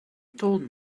told